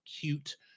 cute